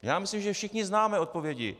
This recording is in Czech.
Já myslím, že všichni známe odpovědi.